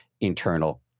internal